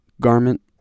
garment